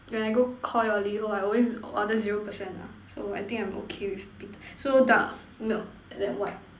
when I go Koi or Liho I always order zero percent ah so I think I'm okay with bit so dark milk and then white